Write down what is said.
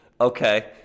Okay